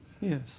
Yes